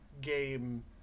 game